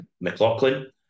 McLaughlin